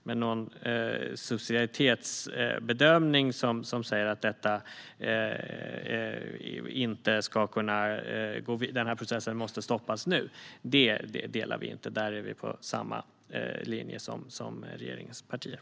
Någon subsidiaritetsbedömning som säger att denna process måste stoppas nu delar vi dock inte; där är vi inne på samma linje som regeringspartierna.